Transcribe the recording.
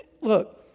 look